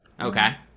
Okay